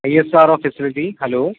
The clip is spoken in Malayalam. ISRO facility hello